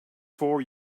for